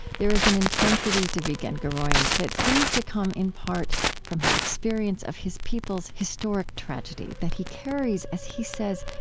there is an intensity to vigen guroian that seems to come in part from his experience of his people's historic tragedy that he carries, as he says,